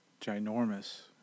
Ginormous